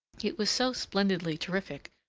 it was so splendidly terrific,